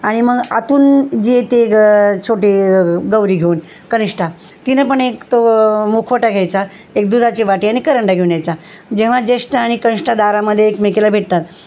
आणि मग आतून जी येते ग छोटे गौरी घेऊन कनिष्ष्ठा तिनं पण एक तो मुखवटा घ्यायचा एक दुधाची वाटी आणि करंडा घेऊन यायचा जेव्हा जेष्ठा आणि कनिष्ठा दारामध्ये एकमेकीला भेटतात